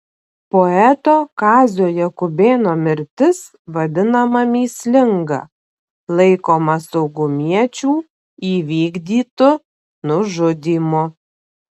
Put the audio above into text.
poeto kazio jakubėno mirtis vadinama mįslinga laikoma saugumiečių įvykdytu nužudymu